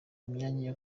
imyanya